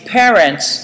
parents